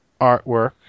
artwork